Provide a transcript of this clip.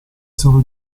sono